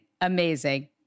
Amazing